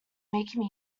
making